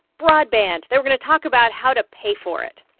broadband. they were going to talk about how to pay for it.